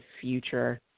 future